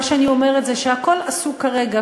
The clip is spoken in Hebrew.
מה שאני אומרת שהכול עשו כרגע,